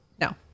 No